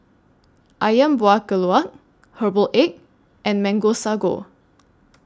Ayam Buah Keluak Herbal Egg and Mango Sago